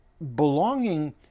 Belonging